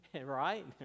Right